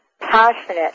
passionate